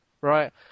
Right